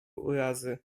urazy